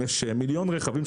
אם יש מיליון רכבים,